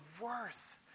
worth